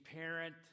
parent